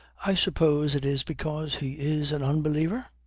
i suppose it is because he is an unbeliever?